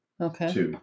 Okay